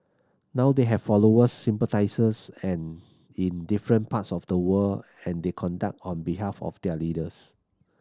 now they have followers sympathisers and in different parts of the world and they conduct on behalf of their leaders